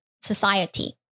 society